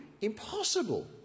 impossible